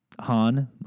Han